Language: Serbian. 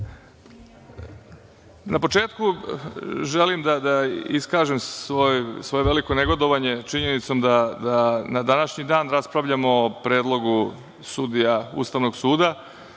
početku želim da iskažem svoje veliko negodovanje činjenicom da na današnji dan raspravljamo o Predlogu sudija Ustavnog suda,